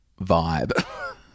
vibe